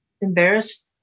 embarrassed